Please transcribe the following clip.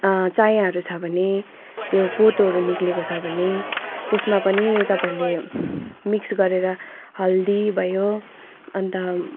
चायाहरू छ भने त्यो पोतोहरू निस्केको छ भने त्यसमा पनि तपाईँहरूले मिक्स गरेर हल्दी भयो अन्त